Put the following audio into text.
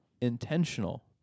Intentional